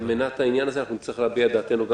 על מנת שיקרה הדבר הזה אנחנו נצטרך להביע דעתנו.